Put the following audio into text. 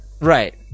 right